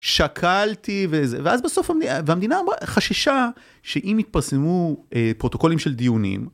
שקלתי ואז בסוף המדינה חששה שאם יתפרסמו פרוטוקולים של דיונים.